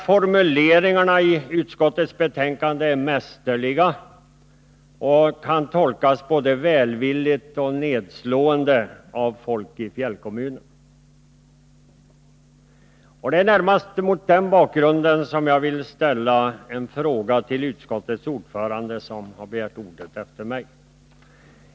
Formuleringarna i utskottets betänkande är mästerliga och kan tolkas både välvilligt och nedslående av folk i fjällkommunerna. Det är närmast mot denna bakgrund som jag vill ställa några frågor till utskottets ordförande, som har begärt ordet efter mig.